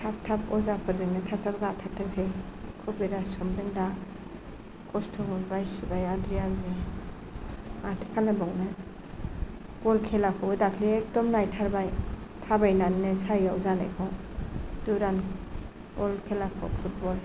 थाब थाब अजाफोरजोंनो थाब थाब गाथारथोंसै कबिराज हमदों दा खस्थ' मोनबाय सिबाया आद्रि आद्रि माथो खालामबावनो बल खेलाखौबो दाखालि एकदम नायथारबाय थाबायनानैनो साय आव जानायखौ दुरान्द बल खेलाखौ फुटबल